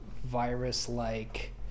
Virus-like